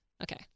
Okay